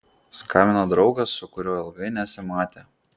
skambina draugas su kuriuo ilgai nesimatė